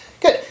good